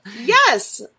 yes